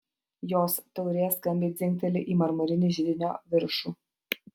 jos taurė skambiai dzingteli į marmurinį židinio viršų